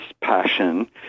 passion